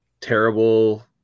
terrible